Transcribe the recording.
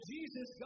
Jesus